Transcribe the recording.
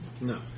No